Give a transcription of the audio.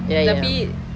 tapi